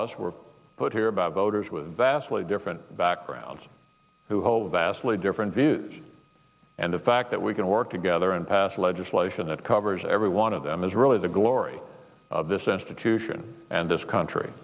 us were put here about voters with vastly different backgrounds who hold vastly different views and the fact that we can work together and pass legislation that covers every one of them is really the glory of this institution and this country